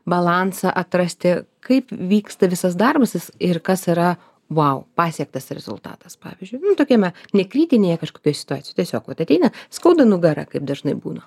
balansą atrasti kaip vyksta visas darbasas ir kas yra vau pasiektas rezultatas pavyzdžiui tokiame nekritinėje kažkokioj situacijoj tiesiog vat ateina skauda nugarą kaip dažnai būna